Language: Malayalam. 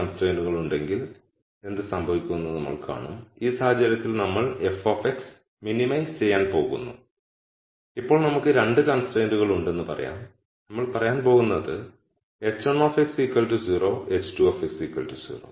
2 കൺസ്ട്രൈൻഡ്കൾ ഉണ്ടെങ്കിൽ എന്ത് സംഭവിക്കുമെന്ന് നമ്മൾ കാണും ഈ സാഹചര്യത്തിൽ നമ്മൾ f മിനിമൈസ് ചെയ്യാൻ പോകുന്നു ഇപ്പോൾ നമുക്ക് 2 കൺസ്ട്രൈൻഡ്കൾ ഉണ്ടെന്ന് പറയാം നമ്മൾ പറയാൻ പോകുന്നത് h1 0 h2 0